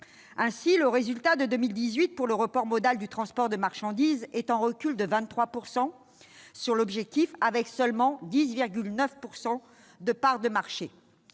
Ainsi, le résultat de 2018 pour le report modal du transport de marchandises est en recul de 23 % sur l'objectif, avec seulement 10,9 % de parts de marché.